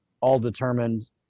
all-determined